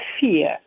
fear